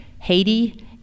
Haiti